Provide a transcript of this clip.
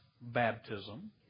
baptism